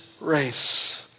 race